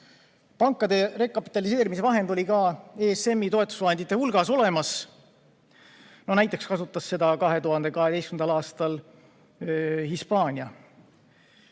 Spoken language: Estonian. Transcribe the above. Pankade rekapitaliseerimise vahend oli ka ESM‑i toetusvahendite hulgas olemas. Näiteks kasutas seda 2012. aastal Hispaania.